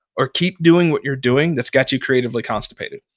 or keep doing what you're doing that's got you creatively constipated